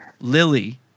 Lily